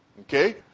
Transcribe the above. Okay